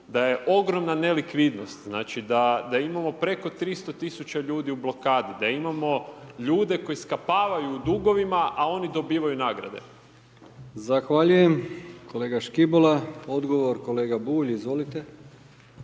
da je ogromna nelikvidnost, znači da imamo preko 300 tisuća ljudi u blokadi, da imamo ljude koji skapavaju u dugovima, a oni dobivaju nagrade. **Brkić, Milijan (HDZ)** Zahvaljujem, kolega Škibola. Odgovor kolega Bulj, izvolite.